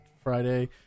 Friday